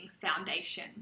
foundation